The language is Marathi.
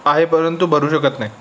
आहे परंतु भरू शकत नाही